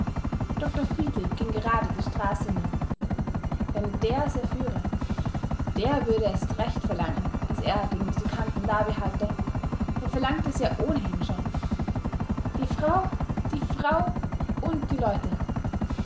dr friedlieb ging gerade die straße hinab wenn der's erführe der würde erst recht verlangen daß er den musikanten dabehalte er verlangte es ja ohnehin schon die frau die frau und die leute